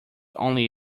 only